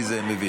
כי זה מביך.